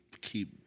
keep